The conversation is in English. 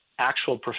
actual